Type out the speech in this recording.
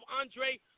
Andre